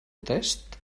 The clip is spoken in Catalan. test